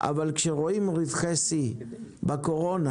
אבל כשרואים רווחי שיא בקורונה,